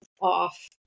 off